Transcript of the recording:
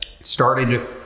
started